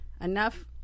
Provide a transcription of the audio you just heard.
enough